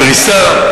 פריסה,